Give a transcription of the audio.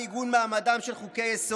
גם עיגון מעמדם של חוקי-יסוד,